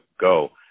Go